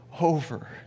over